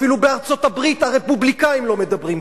אפילו בארצות-הברית הרפובליקנים לא מדברים כך,